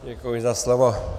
Děkuji za slovo.